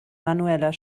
manueller